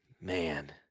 man